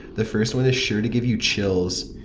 the first one is sure to give you chills.